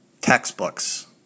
textbooks